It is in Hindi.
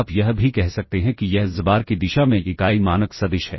आप यह भी कह सकते हैं कि यह xbar की दिशा में इकाई मानक सदिश है